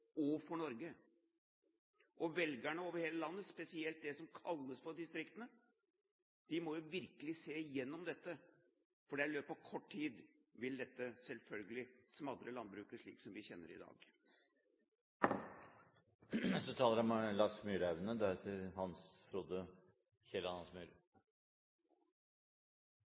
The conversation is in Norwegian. og for Norge. Velgerne over hele landet, spesielt i det som kalles distriktene, må virkelig se dette, for i løpet av kort tid vil dette selvfølgelig smadre landbruket sånn som vi kjenner det i dag. Landbrukspolitikk er